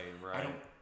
right